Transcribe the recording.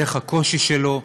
דרך הקושי שלו,